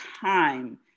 time